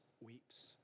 weeps